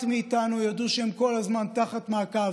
מאיתנו ידע שהוא כל הזמן תחת מעקב,